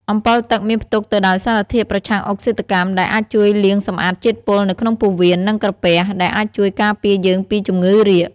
អម្ពិលទឹកមានផ្ទុកទៅដោយសារធាតុប្រឆាំងអុកស៊ីតកម្ម ដែលអាចជួយលាងសម្អាតជាតិពុលនៅក្នុងពោះវៀន និងក្រពះ ដែលអាចជួយការពារយើងពីជំងឺរាគ។